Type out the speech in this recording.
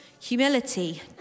humility